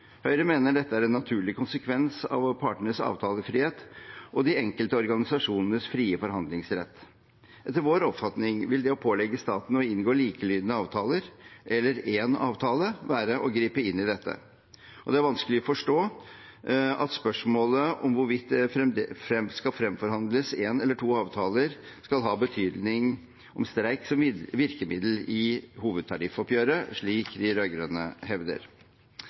Høyre mener dette er en naturlig konsekvens av partenes avtalefrihet og de enkelte organisasjonenes frie forhandlingsrett. Etter vår oppfatning vil det å pålegge staten å inngå likelydende avtaler – eller én avtale – være å gripe inn i dette. Det er vanskelig å forstå at spørsmålet om hvorvidt det skal fremforhandles én eller to avtaler, skal ha betydning for streik som virkemiddel i hovedtariffoppgjøret, slik de rød-grønne hevder.